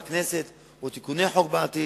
או תיקוני חוק בעתיד,